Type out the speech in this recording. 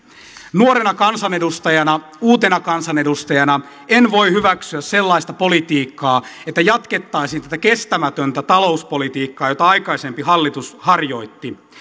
nuorena kansanedustajana uutena kansanedustajana en voi hyväksyä sellaista politiikkaa että jatkettaisiin tätä kestämätöntä talouspolitiikkaa jota aikaisempi hallitus harjoitti